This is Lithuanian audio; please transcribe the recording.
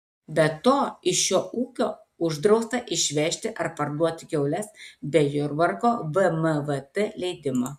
be to iš šio ūkio uždrausta išvežti ar parduoti kiaules be jurbarko vmvt leidimo